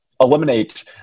eliminate